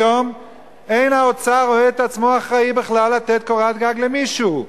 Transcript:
היום אין האוצר רואה את עצמו אחראי בכלל לתת קורת גג למישהו.